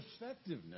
effectiveness